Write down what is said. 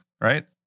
Right